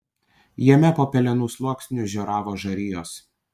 jame po pelenų sluoksniu žioravo žarijos